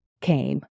came